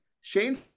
Shane